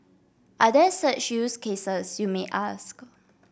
are there such use cases you may ask